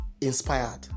inspired